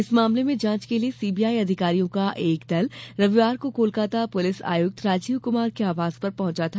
इस मामले में जांच के लिए सीबीआई अधिकारियों का एक दल रविवार को कोलकाता पुलिस आयुक्त राजीव कृमार के आवास पर पहुंचा था